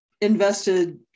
invested